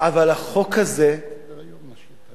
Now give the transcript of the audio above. אבל החוק הזה נדרש,